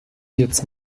jetzt